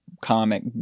comic